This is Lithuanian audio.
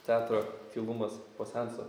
teatro tylumas po seanso